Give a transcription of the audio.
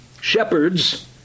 shepherds